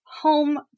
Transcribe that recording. home